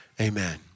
Amen